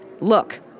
Look